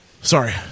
Sorry